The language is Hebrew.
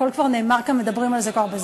הכול כבר נאמר כאן, מדברים על זה כבר הרבה זמן.